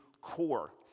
core